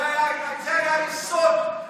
זה היה היסוד.